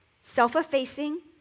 Self-effacing